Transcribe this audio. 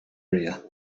area